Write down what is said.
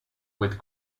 with